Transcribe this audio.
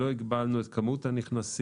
לא הגבלנו את כמות הנכנסים.